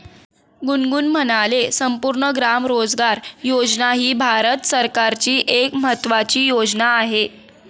गुनगुन म्हणाले, संपूर्ण ग्राम रोजगार योजना ही भारत सरकारची एक महत्त्वाची योजना आहे